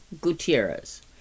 Gutierrez